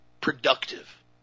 productive